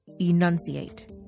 enunciate